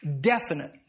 definite